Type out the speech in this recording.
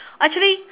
actually